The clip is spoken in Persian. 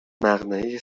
مقنعه